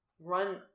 run